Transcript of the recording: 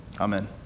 Amen